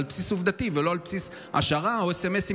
בסיס עובדתי ולא על בסיס השערה או סמ"סים